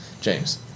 James